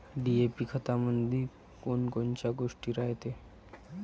DAP खतामंदी कोनकोनच्या गोष्टी रायते?